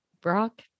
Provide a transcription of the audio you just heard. Brock